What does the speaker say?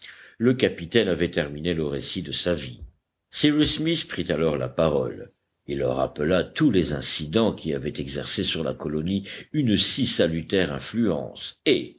le capitaine avait terminé le récit de sa vie cyrus smith prit alors la parole il rappela tous les incidents qui avaient exercé sur la colonie une si salutaire influence et